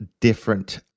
different